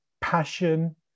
passion